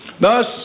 Thus